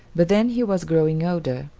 but then he was growing older.